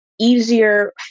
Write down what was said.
easier